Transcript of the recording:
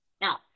Now